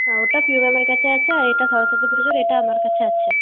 হ্যাঁ ওটা পিউ ম্যামের কাছে আছে আর এটা সরস্বতী পুজোর এটা আমার কাছে আছে